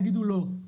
יגידו לא.